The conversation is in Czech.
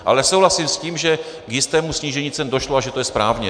Ale souhlasím s tím, že k jistému snížení cen došlo a že to je správně.